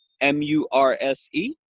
m-u-r-s-e